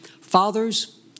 Fathers